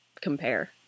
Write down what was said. compare